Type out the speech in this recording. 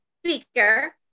speaker